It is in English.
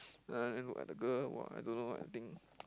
uh then look at the girl !wah! I don't know what I think